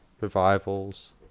revivals